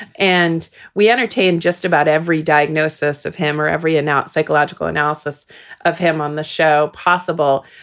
and we entertained just about every diagnosis of hammer, every ah now psychological analysis of him on the show possible.